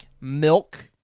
milk